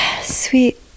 sweet